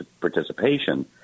participation